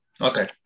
Okay